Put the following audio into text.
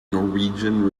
norwegian